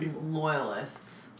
Loyalists